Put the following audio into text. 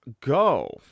Go